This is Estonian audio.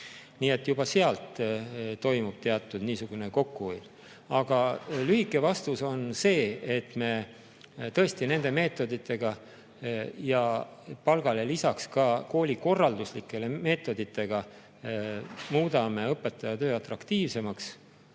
Nii et juba selle arvel toimub teatud kokkuhoid. Aga lühike vastus on see, et me tõesti nende meetoditega ja palgale lisaks ka koolikorralduslike meetoditega muudame õpetaja töö atraktiivsemaks